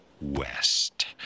West